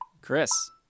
Chris